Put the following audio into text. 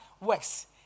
works